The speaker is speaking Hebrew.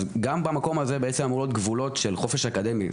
גם במקום הזה אמורים להיות גבולות של חופש אקדמי.